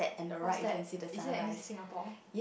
what's that is that in Singapore